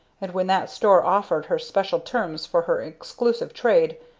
and when that store offered her special terms for her exclusive trade,